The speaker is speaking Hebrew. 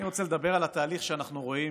אני רוצה לדבר על התהליך שאנחנו רואים